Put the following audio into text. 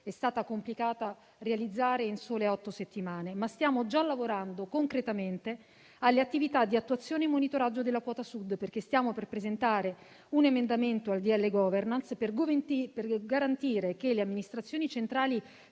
è stato complicato realizzare in sole otto settimane, ma stiamo già lavorando concretamente alle attività di attuazione e monitoraggio della quota Sud. Stiamo per presentare un emendamento al decreto-legge *governance* per garantire che le amministrazioni centrali